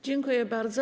Dziękuję bardzo.